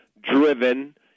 driven